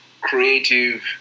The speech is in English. creative